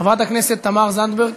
חברת הכנסת תמר זנדברג